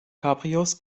cabrios